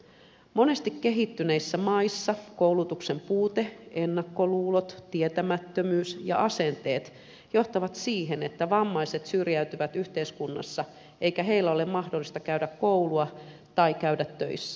monesti kehittyvissä maissa koulutuksen puute ennakkoluulot tietämättömyys ja asenteet johtavat siihen että vammaiset syrjäytyvät yhteiskunnassa eikä heidän ole mahdollista käydä koulua tai käydä töissä